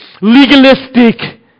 legalistic